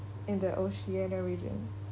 in the oceania region